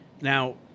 Now